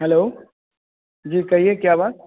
hello जी कहिए क्या बात